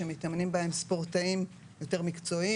שמתאמנים בהם ספורטאים יותר מקצועיים